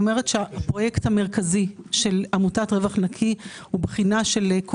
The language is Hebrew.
הפרויקט המרכזי של עמותת רווח נקי הוא בחינת כל